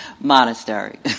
Monastery